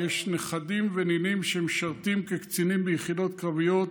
יש נכדים ונינים שמשרתים כקצינים ביחידות קרביות,